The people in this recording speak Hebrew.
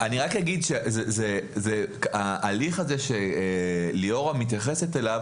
אני רק אגיד שההליך הזה שליאורה מתייחסת אליו